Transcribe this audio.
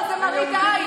יותר גרוע זה מראית עין,